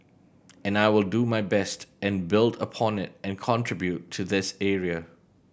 and I will do my best and build upon it and contribute to this area